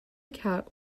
cat